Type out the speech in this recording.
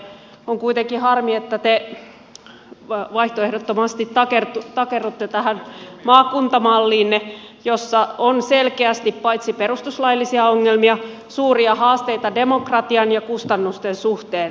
on kuitenkin harmi että te vaihtoehdottomasti takerrutte tähän maakuntamalliinne jossa on selkeästi paitsi perustuslaillisia ongelmia myös suuria haasteita demokratian ja kustannusten suhteen